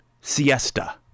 siesta